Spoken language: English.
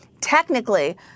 technically